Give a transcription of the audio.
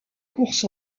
course